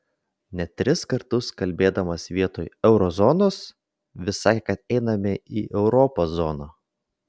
net tris kartus kalbėdamas vietoj euro zonos vis sakė kad einame į europos zoną